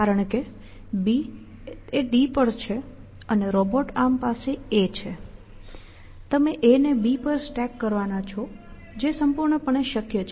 કારણ કે B એ D પર છે અને રોબોટ આર્મ પાસે A છે તમે A ને B પર સ્ટેક કરવાના છો જે સંપૂર્ણપણે શક્ય છે